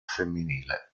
femminile